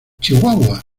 chihuahua